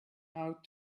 out